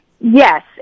Yes